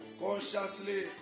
consciously